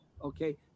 Okay